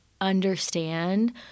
understand